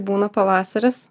būna pavasaris